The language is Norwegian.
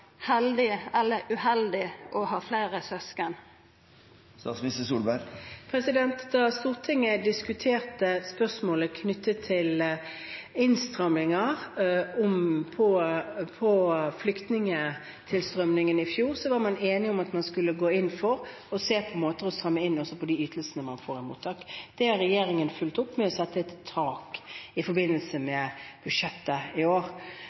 å ha fleire søsken? Da Stortinget diskuterte spørsmålet knyttet til innstramminger i flyktningtilstrømmingen i fjor, var man enige om at man skulle gå inn for å se på måter å stramme inn på de ytelsene man får i mottak. Det har regjeringen fulgt opp med å sette et tak i forbindelse med budsjettet i år.